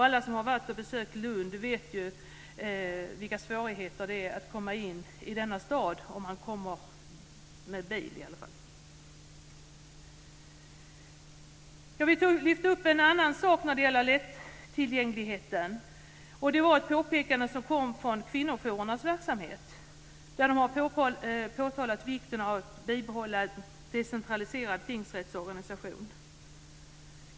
Alla som har varit och besökt Lund vet vilka svårigheter det är att komma in i denna stad, i alla fall om man kommer med bil. Jag vill lyfta fram en annan sak när det gäller lätttillgängligheten. Det gäller ett påpekande som kom från kvinnojourernas verksamhet. Man påtalar vikten av att bibehålla en decentraliserad tingsrättsorganisation.